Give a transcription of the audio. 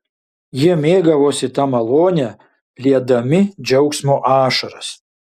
jie mėgavosi ta malone liedami džiaugsmo ašaras